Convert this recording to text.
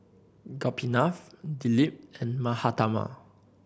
Gopinath Dilip and Mahatma